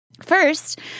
First